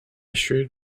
shrewd